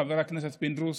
אדוני חבר הכנסת פינדרוס,